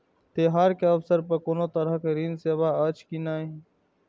त्योहार के अवसर पर कोनो तरहक ऋण सेवा अछि कि नहिं?